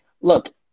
look